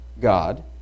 God